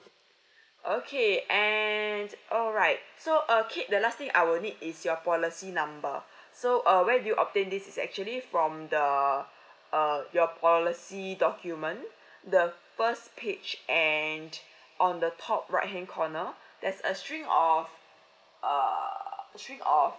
okay and alright so uh kate the last thing I will need is your policy number so uh where you obtain this is actually from the uh your policy document the first page and on the top right hand corner there's a string of err string of